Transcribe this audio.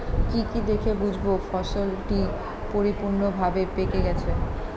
কি কি দেখে বুঝব ফসলটি পরিপূর্ণভাবে পেকে গেছে?